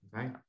okay